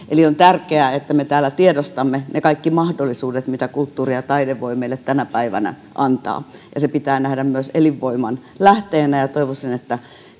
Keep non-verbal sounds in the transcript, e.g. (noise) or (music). (unintelligible) eli on tärkeää että me täällä tiedostamme kaikki ne mahdollisuudet mitä kulttuuri ja taide voivat meille tänä päivänä antaa ne pitää nähdä myös elinvoiman lähteenä ja toivoisin että